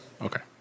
okay